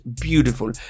beautiful